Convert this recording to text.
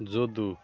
Jadu